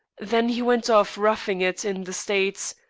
then he went off, roughing it in the states.